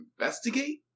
investigate